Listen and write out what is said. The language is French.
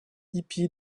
hippie